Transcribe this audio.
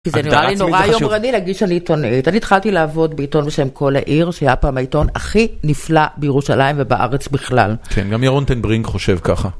כי זה נראה לי נורא יומרני להגיד שאני עיתונאית. אני התחלתי לעבוד בעיתון בשם "כל העיר", שהיה פעם העיתון הכי נפלא בירושלים ובארץ בכלל. כן, גם ירון טנברינג חושב ככה.